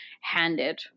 handed